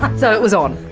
but so it was on.